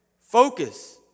Focus